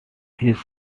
his